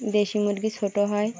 দেশি মুরগি ছোট হয়